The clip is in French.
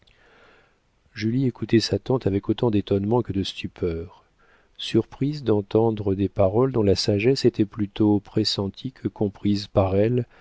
écoutait sa tante avec autant d'étonnement que de stupeur surprise d'entendre des paroles dont la sagesse était plutôt pressentie que comprise par elle